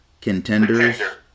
contenders